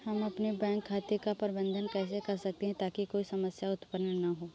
हम अपने बैंक खाते का प्रबंधन कैसे कर सकते हैं ताकि कोई समस्या उत्पन्न न हो?